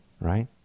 right